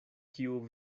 kiu